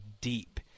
deep